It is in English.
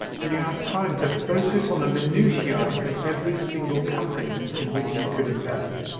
do you have time to focus on the minutiae of every single company in which you could invest?